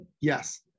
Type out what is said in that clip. yes